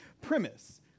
premise